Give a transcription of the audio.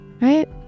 right